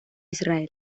israel